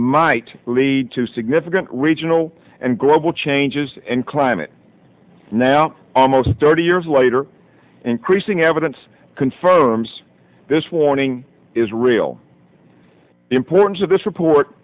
might lead to significant regional and global changes and climate now almost thirty years later increasing evidence confirms this warning is real the importance of this report